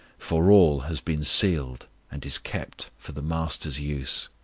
for all has been sealed and is kept for the master's use.